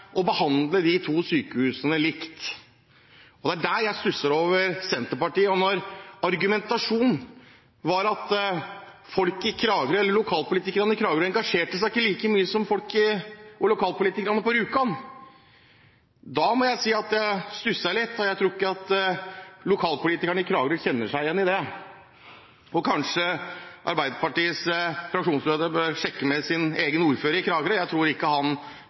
å behandle de to sykehusene likt. Det er der jeg stusser over Senterpartiet. Når argumentasjonen var at folk eller lokalpolitikerne i Kragerø ikke engasjerte seg like mye som folk og lokalpolitikerne på Rjukan, må jeg si at jeg stusset litt. Jeg tror ikke at lokalpolitikerne i Kragerø kjenner seg igjen i det. Kanskje Arbeiderpartiets fraksjonsleder bør sjekke med sin egen ordfører i Kragerø, jeg tror ikke han